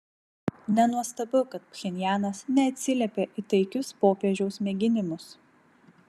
nenuostabu kad pchenjanas neatsiliepė į taikius popiežiaus mėginimus